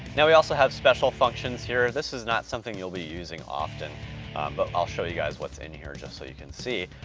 now we also have special functions here, this is not something you'll be using often but i'll show you guys what's in here just so you can see.